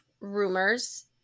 rumors